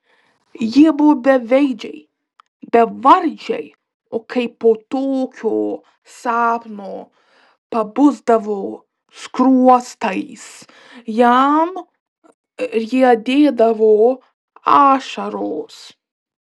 jie buvo beveidžiai bevardžiai o kai po tokio sapno pabusdavo skruostais jam riedėdavo ašaros